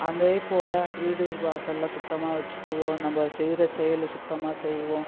அதேப் போல வீடு வாசலை சுத்தமாக வைச்சுக்குவோம் நம்ம செய்கிற செயலை சுத்தமாக செய்வோம்